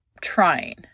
trying